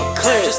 clear